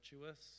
virtuous